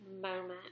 moment